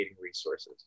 resources